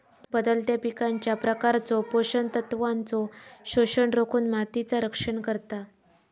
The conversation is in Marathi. बदलत्या पिकांच्या प्रकारचो पोषण तत्वांचो शोषण रोखुन मातीचा रक्षण करता